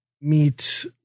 meet